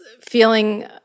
feeling